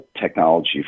technology